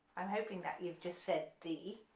i'm hoping that you've just said d.